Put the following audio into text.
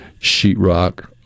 sheetrock